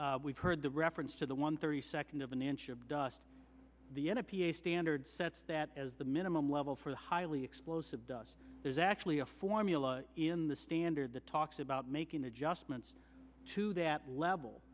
we've heard the reference to the one thirty second of an inch of dust the n o p a standard sets that as the minimum level for the highly explosive does there's actually a formula in the standard the talks about making adjustments to that level